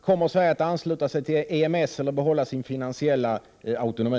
Kommer Sverige att ansluta sig till EMS eller behålla sin finansiella autonomi?